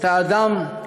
את האדם,